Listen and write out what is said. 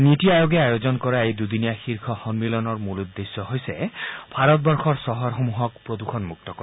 নিতি আয়োগে আয়োজন কৰা এই দুদিনীয়া শীৰ্ষ সম্মিলনৰ মূল উদ্দেশ্য হৈছে ভাৰতবৰ্ষৰ চহৰসমূহক প্ৰদূষণ মুক্ত কৰা